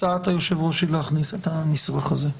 הצעת היושב-ראש היא להכניס את הניסוח הזה.